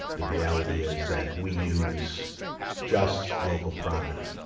the reality is that we use just local product.